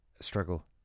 struggle